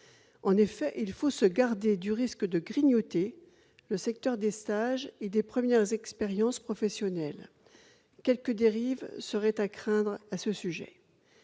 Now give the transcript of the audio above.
En effet, il faut se prémunir contre le risque d'un grignotage du secteur des stages et des premières expériences professionnelles. Quelques dérives seraient à craindre à ce sujet.